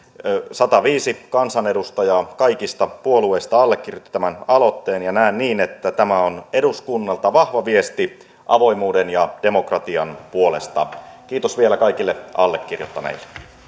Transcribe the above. sataviisi kansanedustajaa kaikista puolueista allekirjoitti tämän aloitteen ja näen niin että tämä on eduskunnalta vahva viesti avoimuuden ja demokratian puolesta kiitos vielä kaikille allekirjoittaneille